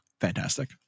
Fantastic